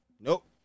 Nope